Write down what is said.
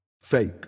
fake